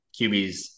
QBs